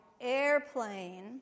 airplane